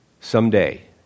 Someday